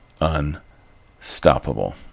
unstoppable